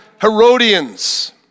Herodians